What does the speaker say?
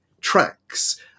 tracks